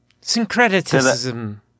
Syncretism